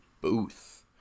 booth